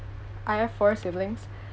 I have four siblings